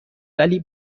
ولی